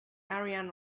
ariane